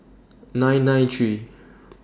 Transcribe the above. nine nine three